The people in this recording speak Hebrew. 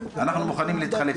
אנחנו מוכנים להתחלף.